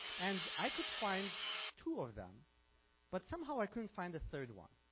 and i could find two of them but somehow i couldn't find the third one.